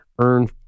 earn